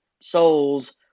souls